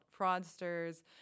fraudsters